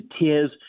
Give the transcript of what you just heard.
tears